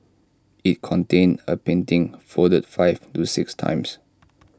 IT contained A painting folded five to six times